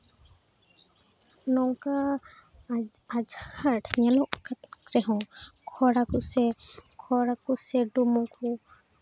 ᱱᱚᱝᱠᱟ ᱟᱸᱡᱷᱟᱴ ᱧᱮᱞᱚᱜ ᱨᱮᱦᱚᱸ ᱠᱷᱚᱨᱟ ᱠᱚᱥᱮ ᱠᱷᱚᱨᱟ ᱠᱚᱥᱮ ᱰᱩᱢᱟᱹ ᱠᱚ